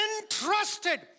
entrusted